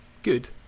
Good